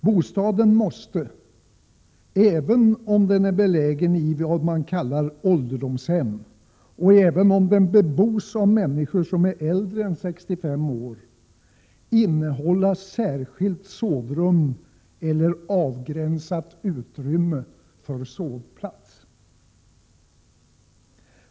Bostaden måste — även om den är belägen i vad man kallar ålderdomshem och även om den bebos av människor som är äldre än 65 år — innehålla särskilt sovrum eller avgränsat utrymme för sovplats.